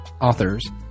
authors